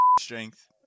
Strength